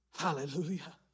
Hallelujah